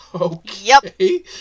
Okay